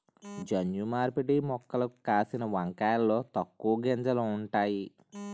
జన్యు మార్పిడి మొక్కలకు కాసిన వంకాయలలో తక్కువ గింజలు ఉంతాయి